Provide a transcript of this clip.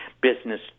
business